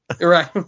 Right